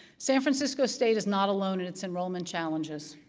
san francisco state is not alone in its enrollment challenges,